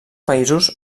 països